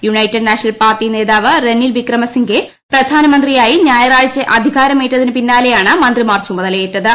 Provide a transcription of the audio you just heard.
United National party നേതാവ് റെനിൽ വിക്രമസിംഗെ പ്രധാനമന്ത്രിയായി ഞായറാഴ്ച അധികാരമേറ്റതിന് പിന്നാലെയാണ് മന്ത്രിമാർ ചുമതലയേറ്റത്